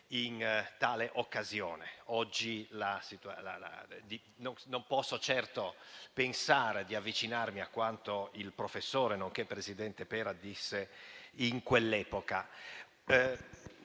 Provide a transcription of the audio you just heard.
in tale occasione. Oggi io non posso certo pensare di avvicinarmi a quanto il professore, nonché presidente Pera disse in quell'epoca.